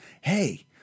hey